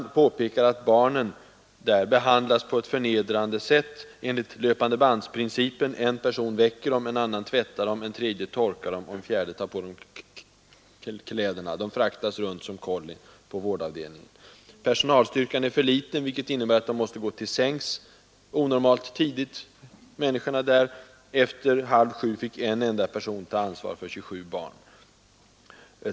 Man påpekade att barnen där behandlas på ett förnedrande sätt, enligt löpande-band-principen: en person väcker dem, en annan tvättar dem, en tredje torkar dem, en fjärde tar på dem kläderna; de fraktas runt som kollin på avdelningen. Personalstyrkan är för liten, vilket innebär att de som vistades på vårdhem met måste gå till sängs ovanligt tidigt. Efter halv sju fick en enda person ta ansvar för 27 barn.